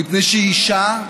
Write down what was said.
מפני שהיא צעירה,